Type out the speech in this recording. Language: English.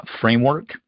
framework